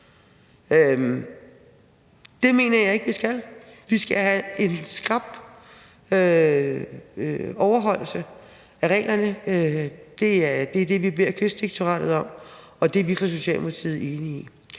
Det mener jeg ikke vi skal. Vi skal have en skrap overholdelse af reglerne, og det er det, vi beder Kystdirektoratet om, og det er vi fra Socialdemokratiets side